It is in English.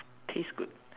taste good